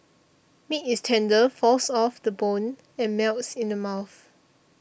meat is tender falls off the bone and melts in the mouth